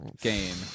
game